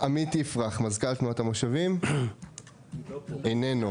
עמית יפרח, מזכ"ל תנועת המושבים, לא נמצא.